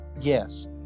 Yes